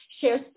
share